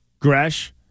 Gresh